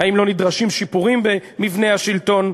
האם לא נדרשים שיפורים במבנה השלטון?